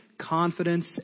Confidence